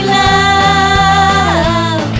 love